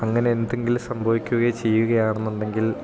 അങ്ങനെ എന്തെങ്കിലും സംഭവിക്കുകയോ ചെയ്യുകയാണെന്നുണ്ടെങ്കിൽ